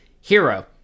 Hero